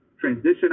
transition